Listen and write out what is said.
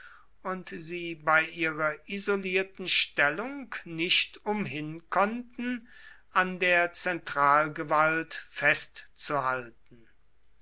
und sie bei ihrer isolierten stellung nicht umhin konnten an der zentralgewalt festzuhalten